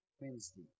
Wednesday